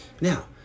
now